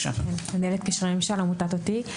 אני מנהלת קשרי ממשל מעמותת אותי.